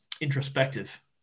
introspective